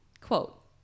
Quote